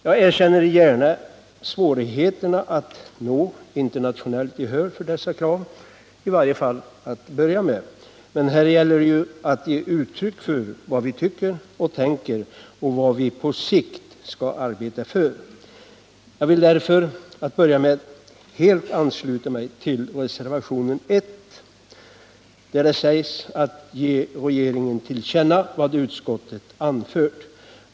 Jag erkänner gärna svårigheterna att nå internationellt gehör för dessa krav, i varje fall till att börja med. Men här gäller det ju att ge uttryck för vad vi tycker och tänker och vad vi på sikt skall arbeta för. Jag vill därför helt ansluta mig till reservationen 1, vari begärs att riksdagen ger regeringen till känna vad utskottet har anfört.